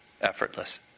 effortless